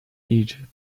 egypt